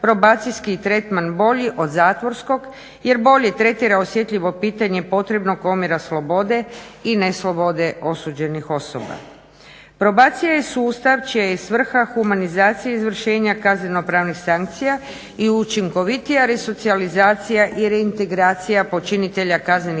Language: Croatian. probacijski tretman bolji od zakonskog jer bolje tretira osjetljivo pitanje potrebnog omjera slobode i neslobode osuđenih osoba. Probacija je sustav humanizacije, izvršenja kazneno pravnih sankcija i učinkovitija resocijalizacija i reintegracija počinitelja kaznenih dijela